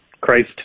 Christ